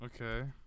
okay